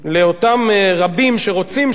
לאותם רבים שרוצים,